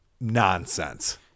nonsense